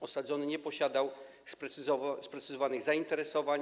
Osadzony nie posiadał sprecyzowanych zainteresowań.